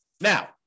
Now